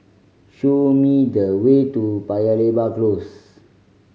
show me the way to Paya Lebar Close